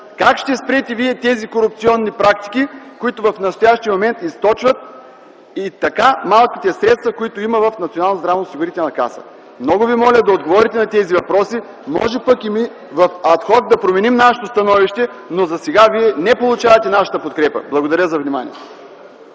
Как ще спрете Вие тези корупционни практики, които в настоящия момент източват и така малките средства, които има в Националната здравноосигурителна каса? Много Ви моля да отговорите на тези въпроси! Може пък ад хок да променим нашето становище, но засега Вие не получавате нашата подкрепа! Благодаря за вниманието.